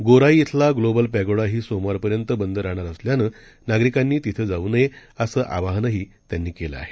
गोराई इथला ग्लोबल पॅगोडाही सोमवारपर्यंत बंद राहणार असल्यानं नागरिकांनी तिथं जाऊ नये असं आवाहनही त्यांनी केलं आहे